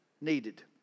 needed